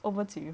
over to you